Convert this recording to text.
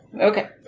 Okay